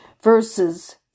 Verses